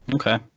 Okay